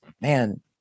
Man